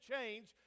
change